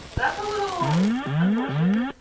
that's a little unfortunate.